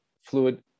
fluid